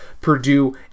Purdue